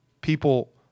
people